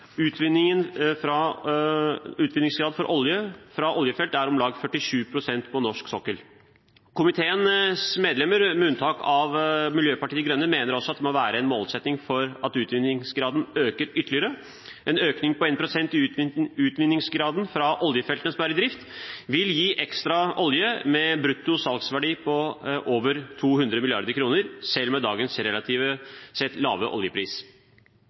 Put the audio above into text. utvinningsgrad for olje fra oljefelt er om lag 47 pst. på norsk sokkel. Komiteens flertall, alle unntatt Miljøpartiet De Grønne, mener også at det må være en målsetting at utvinningsgraden øker ytterligere. En økning på 1 pst. i utvinningsgraden fra oljefeltene som er i drift, ville gi ekstra olje med en brutto salgsverdi på over 200 mrd. kr, selv med dagens relativt sett lave oljepris.